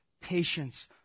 patience